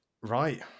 Right